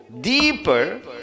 deeper